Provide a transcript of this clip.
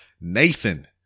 Nathan